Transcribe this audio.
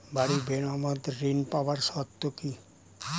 বাড়ি মেরামত ঋন পাবার শর্ত কি?